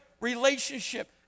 relationship